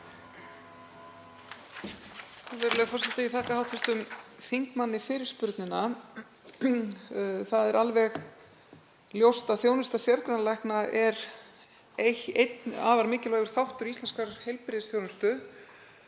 Það er alveg ljóst að þjónusta sérgreinalækna er afar mikilvægur þáttur íslenskrar heilbrigðisþjónustu.